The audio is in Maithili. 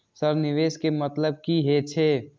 सर निवेश के मतलब की हे छे?